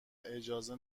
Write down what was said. اجازه